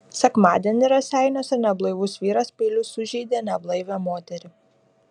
sekmadienį raseiniuose neblaivus vyras peiliu sužeidė neblaivią moterį